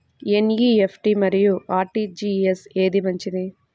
NEFT మరియు RTGS ఏది మంచిది?